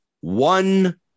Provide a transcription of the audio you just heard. one